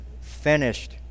finished